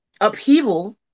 upheaval